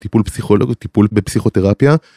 טיפול פסיכולוג, טיפול בפסיכותרפיה.